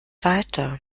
weiter